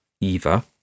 Eva